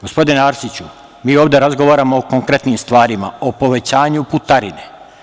Gospodine Arsiću, mi ovde razgovaramo o konkretnim stvarima, o povećanju putarine.